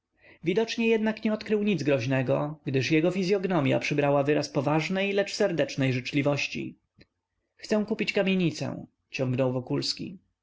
widocznie jednak nie odkrył nic groźnego gdyż jego fizyognomia przybrała wyraz poważnej lecz serdecznej życzliwości chcę kupić kamienicę ciągnął wokulski